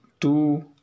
two